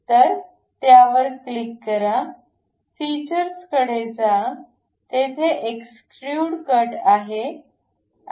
तर त्या वर क्लिक करा हे फीचर्स कडे जा तेथे एक्सट्रूड कट आहे